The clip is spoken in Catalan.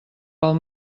pel